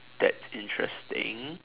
that's interesting